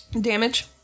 Damage